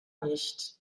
nicht